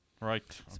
right